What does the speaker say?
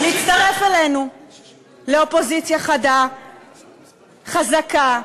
להצטרף אלינו לאופוזיציה חדה, חזקה,